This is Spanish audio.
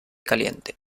caliente